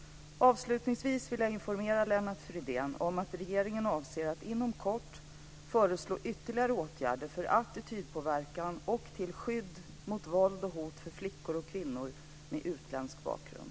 Avslutningsvis vill jag informera Lennart Fridén om att regeringen avser att inom kort föreslå ytterligare åtgärder för attitydpåverkan och till skydd mot våld och hot för flickor och kvinnor med utländsk bakgrund.